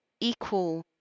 equal